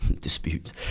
dispute